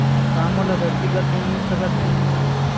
का मोला व्यक्तिगत ऋण मिल सकत हे?